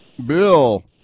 Bill